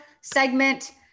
segment